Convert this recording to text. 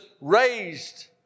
raised